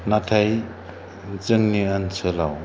नाथाय जोंनि ओनसोलाव